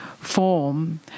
Form